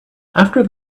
after